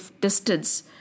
distance